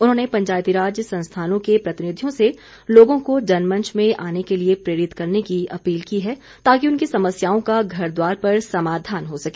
उन्होंने पंचायतीराज संस्थानों के प्रतिनिधियों से लोगों को जनमंच में आने के लिए प्रेरित करने की अपील की है ताकि उनकी समस्याओं का घर द्वार पर समाधान हो सके